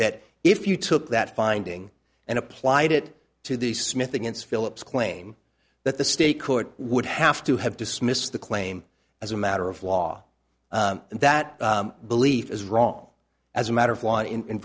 that if you took that finding and applied it to the smith against phillips claim that the state court would have to have dismissed the claim as a matter of law and that belief is wrong as a matter of